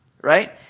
right